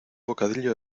bocadillo